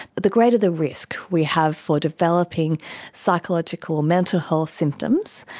the greater the risk we have for developing psychological mental health symptoms,